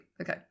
okay